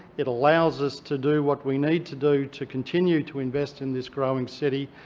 it allows us to do what we need to do to continue to invest in this growing city,